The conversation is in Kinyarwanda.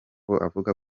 avuga